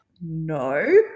no